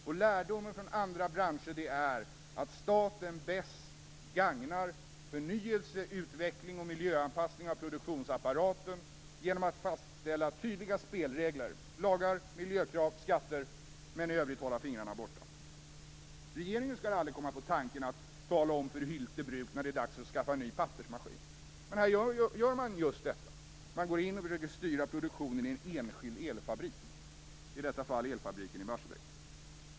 Och lärdomen från andra branscher är att staten bäst gagnar förnyelse, utveckling och miljöanpassning av produktionsapparaten genom att fastställa tydliga spelregler - lagar, miljökrav och skatter - men i övrigt hålla fingrarna borta. Regeringen skulle aldrig komma på tanken att tala om för Hylte Bruks när det är dags att skaffa en ny pappersmaskin. Men i det här fallet gör man just detta. Man går in och försöker styra produktionen i en enskild elfabrik, i detta fall elfabriken i Barsebäck.